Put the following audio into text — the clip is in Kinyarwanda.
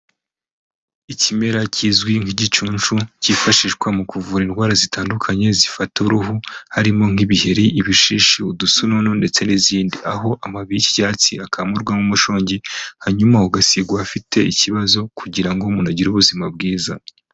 Ikimera kizwi nk'igicunshu, cyifashishwa mu kuvura indwara zitandukanye zifata uruhu, harimo nk'ibiheri, ibishishi, udusununu ndetse n'izindi. Aho amababi y'icyatsi akamurwamo umushongi, hanyuma ugasigwa ahafite ikibazo kugira ngo umuntu agire ubuzima bwiza.